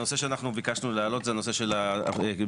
הנושא שאנחנו ביקשנו להעלות זה הנושא של מימוש